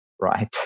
right